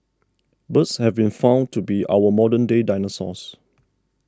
birds have been found to be our modern day dinosaurs